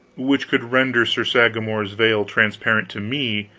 which could render sir sagramor's veil transparent to me,